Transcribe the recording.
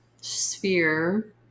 sphere